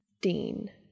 Dean